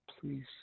Please